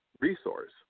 resource